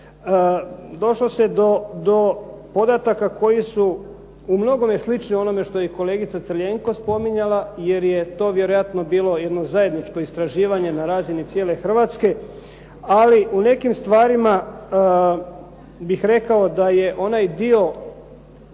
došlo se do podataka koji su u mnogome slični onome što je i kolegica Crljenko spominjala jer je to vjerojatno bilo jedno zajedničko istraživanje na razini cijele Hrvatske, ali u nekim stvarima bih rekao da je onaj dio